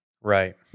Right